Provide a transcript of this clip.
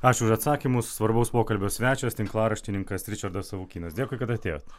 ačiū už atsakymus svarbaus pokalbio svečias tinklaraštininkas ričardas savukynas dėkui kad atėjot